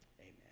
amen